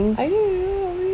I don't know we